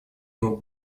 ему